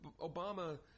Obama –